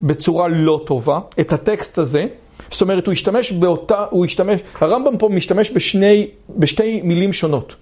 בצורה לא טובה, את הטקסט הזה, זאת אומרת הוא השתמש באותה, הוא השתמש, הרמב״ם פה משתמש בשני מילים שונות.